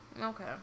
Okay